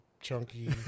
chunky